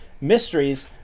mysteries